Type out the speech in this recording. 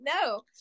no